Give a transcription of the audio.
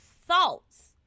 thoughts